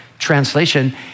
translation